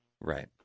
Right